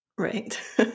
Right